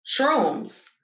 shrooms